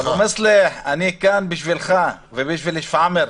אני כאן בשבילך ובשביל שפרעם.